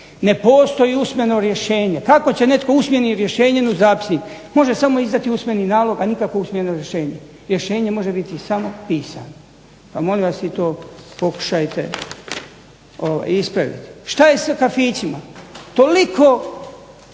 Ne postoji usmeno rješenje. Kako će netko usmenim rješenjem u zapisnik? Može samo izdati usmeni nalog, a nikako usmeno rješenje. Rješenje može biti samo pisano. Pa molim vas i to pokušajte ispraviti. Što je sa kafićima? Toliko